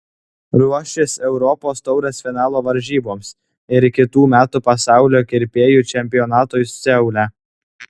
ruošis europos taurės finalo varžyboms ir kitų metų pasaulio kirpėjų čempionatui seule